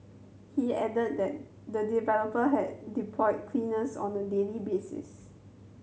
he added that the developer had deployed cleaners on a daily basis